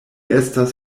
estas